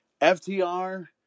FTR